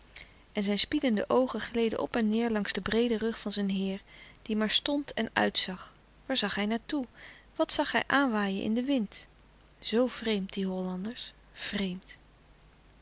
en zijn spiedende oogen gleden op en neêr langs den breeden rug van zijn heer die maar stond en uitzag waar zag hij naar toe wat zag hij aanwaaien in den wind zoo vreemd die hollanders vreemd